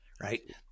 right